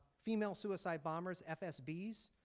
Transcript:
female suicide bombers, fsbs,